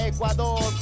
Ecuador